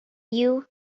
you